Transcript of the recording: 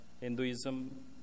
Hinduism